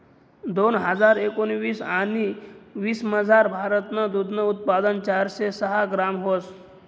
दोन हजार एकोणाविस आणि वीसमझार, भारतनं दूधनं उत्पादन चारशे सहा ग्रॅम व्हतं